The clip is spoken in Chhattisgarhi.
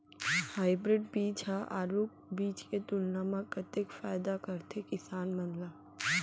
हाइब्रिड बीज हा आरूग बीज के तुलना मा कतेक फायदा कराथे किसान मन ला?